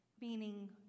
meaning